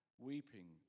weeping